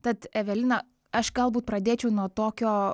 tad evelina aš galbūt pradėčiau nuo tokio